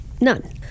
None